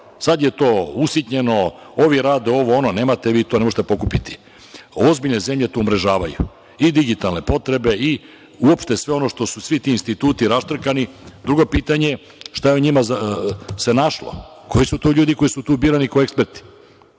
sad je to usitnjeno, ovi rade ovo, nemate vi to, ne možete pokupiti. Ozbiljne zemlje to umrežavaju i digitalne potrebe i uopšte sve ono što su svi ti instituti raštrkani. Drugo pitanje, šta se u njima našlo, koji su to ljudi koji su tu birani kao eksperti.